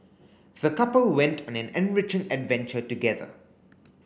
the couple went on an enriching adventure together